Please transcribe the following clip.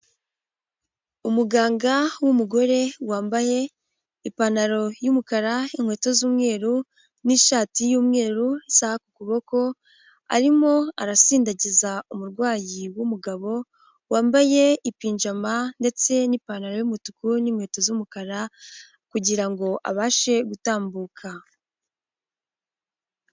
Umuganga w'umugore wambaye ipantaro y'umukara, inkweto, z'umweru n'ishati y'umweru, isaha ku kuboko, arimo arasindagiza umurwayi w'umugabo wambaye ipinjama ndetse n'ipantaro y'umutuku n'inkweto z'umukara kugira ngo abashe gutambuka.